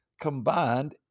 combined